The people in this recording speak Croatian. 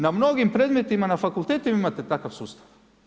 Na mnogim predmetima na fakultetima vi imate takav sustav.